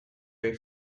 ray